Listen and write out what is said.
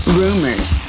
rumors